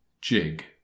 Jig